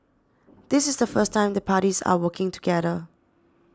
this is the first time the parties are working together